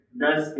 thus